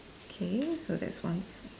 K so that's one difference